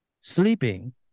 sleeping